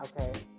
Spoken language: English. Okay